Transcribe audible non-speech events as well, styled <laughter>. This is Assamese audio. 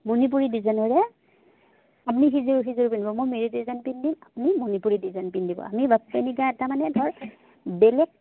মণিপুৰী ডিজাইনৰে আপুনি সিযোৰ সিযোৰ পিন্ধিব মই মেৰি ডিজাইন পিন্ধিম আপুনি মণিপুৰী ডিজাইন পিন্ধিব আমি <unintelligible> এটা মানে ধৰক বেলেগ